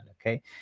Okay